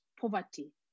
poverty